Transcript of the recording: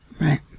Right